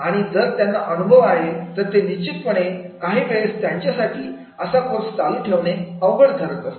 आणि जर त्यांना अनुभव आहे तर ते निश्चितपणे काही वेळेस त्यांचेसाठी असा कोर्स चालू ठेवणे अवघड जात असते